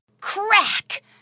Crack